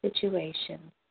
situations